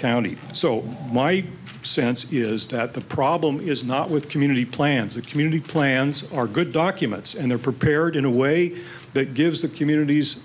county so my sense is that the problem is not with community plans the community plans are good documents and they're prepared in a way that gives the communities